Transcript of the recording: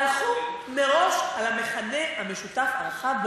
הלכו מראש על המכנה המשותף הרחב,